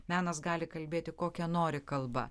menas gali kalbėti kokia nori kalba